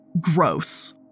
gross